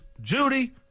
Judy